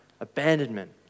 abandonment